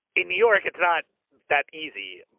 in new york, it's not that easy.